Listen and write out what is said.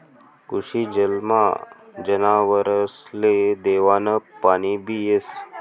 कृषी जलमा जनावरसले देवानं पाणीबी येस